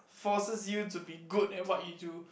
forces you to be good at what you do